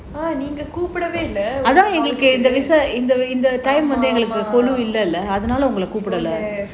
நீங்க கூப்பிடவே இல்ல:neenga kupidavae illa we don't have